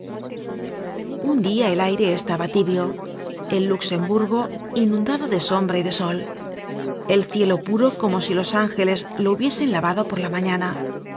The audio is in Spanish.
un dia el aire estaba tibio el luxemburgo inundado de sombra y de sol el cielo puro como si los ángeles lo hubiesen lavado por la mañana